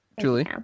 Julie